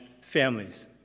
families